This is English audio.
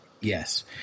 Yes